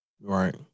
Right